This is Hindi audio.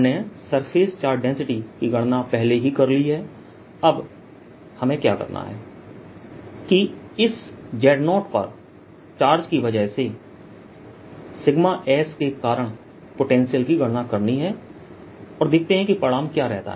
हमने सरफेस चार्ज डेंसिटी की गणना पहले ही कर ली है अब हमें क्या करना है कि इस Z0पर चार्ज की वजह से के कारण पोटेंशियल की गणना करनी है और देखते हैं कि परिणाम क्या रहता है